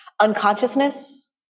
unconsciousness